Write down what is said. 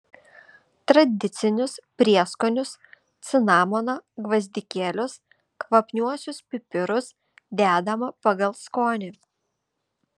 tradicinius prieskonius cinamoną gvazdikėlius kvapniuosius pipirus dedama pagal skonį